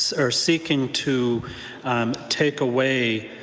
are seeking to take away.